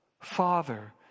father